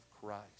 christ